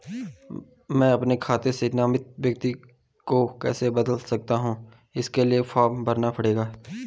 मैं अपने खाते से नामित व्यक्ति को कैसे बदल सकता हूँ इसके लिए फॉर्म भरना पड़ेगा?